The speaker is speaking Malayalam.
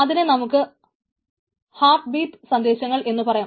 അതിനെ നമുക്ക് ഹാർട്ട് ബീറ്റ് സന്ദേശങ്ങൾ എന്നു പറയാം